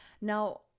Now